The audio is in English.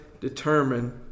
determine